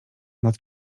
nad